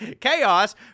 chaos